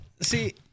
See